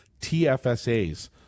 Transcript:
TFSAs